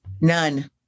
None